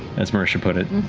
as marisha put it. and